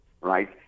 right